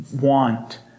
Want